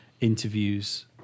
interviews